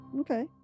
Okay